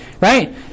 Right